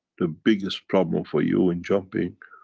the biggest problem for you in jumping,